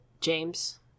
James